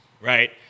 right